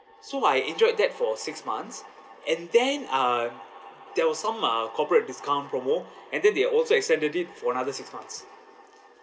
so I enjoyed that for six months and then uh there was some uh corporate discount promo and then they'll also extended it for another six months